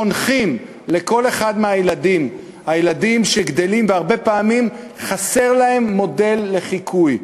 חונכים לכל אחד מהילדים שגדלים והרבה פעמים חסר להם מודל לחיקוי.